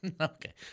Okay